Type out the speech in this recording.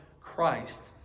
Christ